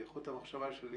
הזה הוא